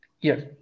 Yes